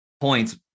points